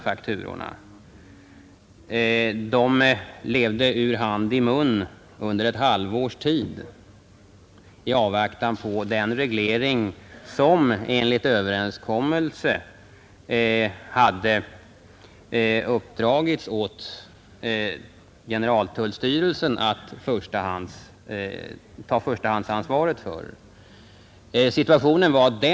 Man levde i det företaget ur hand i mun under ett halvårs tid i avvaktan på den reglering som generaltullstyrelsen enligt den träffade överenskommelsen hade förstahandsansvaret för.